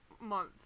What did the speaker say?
month